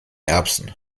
erbsen